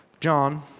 John